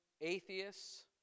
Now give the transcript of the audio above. atheists